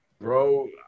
bro